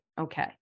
okay